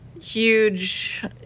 huge